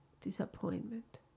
disappointment